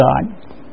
God